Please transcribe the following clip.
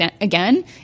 again